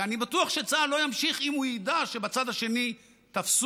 ואני בטוח שצה"ל לא ימשיך אם הוא ידע שבצד השני תפסו,